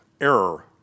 Error